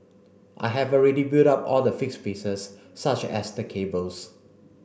I have already built up all the fixed pieces such as the cables